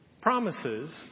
Promises